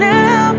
Now